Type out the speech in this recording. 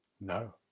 No